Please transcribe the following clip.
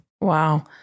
Wow